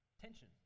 Tension